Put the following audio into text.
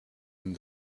and